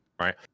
right